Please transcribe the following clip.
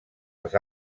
els